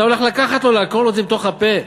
אתה הולך לקחת לו, לעקור לו את זה מתוך הפה.